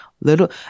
little